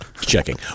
checking